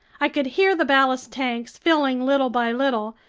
i could hear the ballast tanks filling little by little,